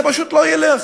זה פשוט לא ילך,